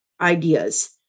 ideas